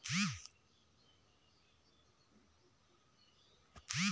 गेहूं म का का रोग लगथे?